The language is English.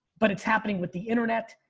but it's happening with the internet.